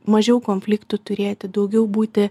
mažiau konfliktų turėti daugiau būti